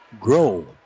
grow